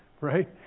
Right